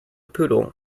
poodle